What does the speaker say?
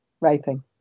raping